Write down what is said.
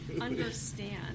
understand